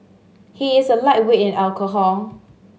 he is a lightweight in alcohol